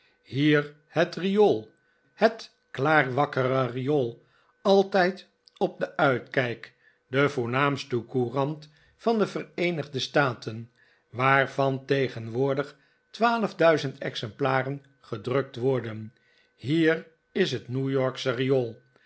hier het riool het klaarwakkere riool altijd op den uitkijk de voornaamste courant van de vereenigde staten waarvan tegenwoordig twaalf duizend exemplaren gedrukt worden hier is het new yorksche riool